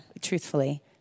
Truthfully